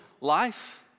life